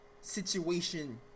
situation